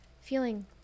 feeling